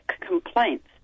complaints